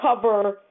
cover